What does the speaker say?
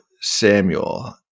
Samuel